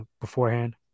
beforehand